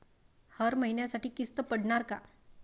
हर महिन्यासाठी किस्त पडनार का?